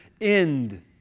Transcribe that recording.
end